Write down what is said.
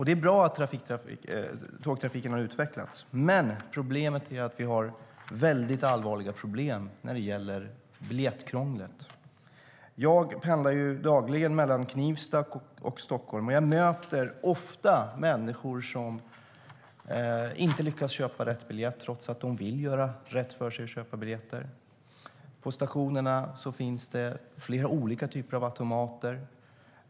Det är bra att tågtrafiken har utvecklats. Men vi har väldigt allvarliga problem med biljettkrånglet. Jag pendlar dagligen mellan Knivsta och Stockholm. Jag möter ofta människor som inte lyckas köpa rätt biljett trots att de vill göra rätt för sig och köpa biljetter. På stationerna finns det flera olika typer av automater.